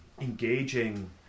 engaging